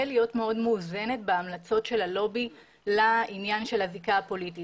להיות מאוד מאוזנת בהמלצות של הלובי לעניין של הזיקה הפוליטית